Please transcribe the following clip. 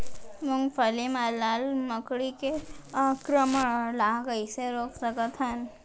मूंगफली मा लाल मकड़ी के आक्रमण ला कइसे रोक सकत हन?